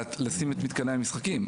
לשים את מתקני המשחקים,